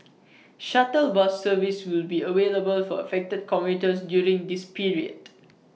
shuttle bus service will be available for affected commuters during this period